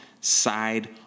Side